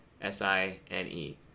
S-I-N-E